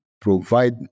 provide